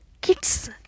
kids